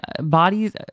bodies